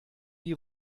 die